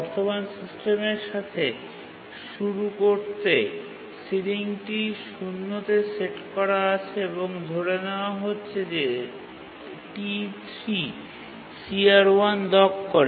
বর্তমান সিস্টেমের সাথে শুরু করতে সিলিংটি ০ তে সেট করা আছে এবং ধরে নেওয়া হচ্ছে যে T3 CR1 লক করে